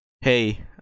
hey